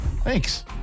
Thanks